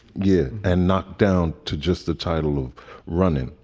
yeah. and not down to just the title of running,